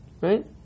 right